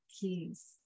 keys